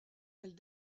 elle